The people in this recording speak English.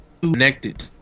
connected